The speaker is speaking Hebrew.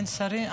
אין שרים?